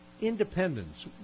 Independence